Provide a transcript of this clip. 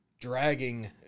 dragging